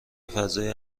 فضای